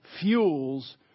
fuels